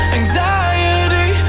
anxiety